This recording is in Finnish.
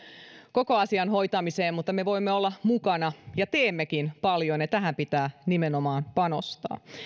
koko asian hoitamiseen mutta me voimme olla mukana ja teemmekin paljon ja tähän pitää nimenomaan panostaa